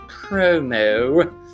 promo